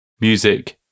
music